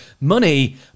money